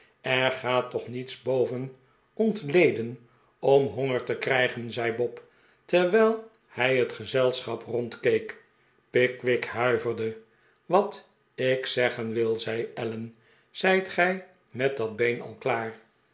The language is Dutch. er gaat toch niets boven ontleden om honger te krijgen zei bob terwijl hij het gezelschap rondkeek pickwick huiverde wat ik zeggen wil zei allen zijt gij met dat been al klaar